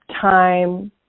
time